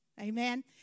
Amen